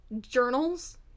journals